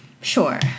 sure